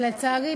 ולצערי,